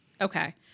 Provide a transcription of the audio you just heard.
Okay